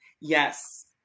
Yes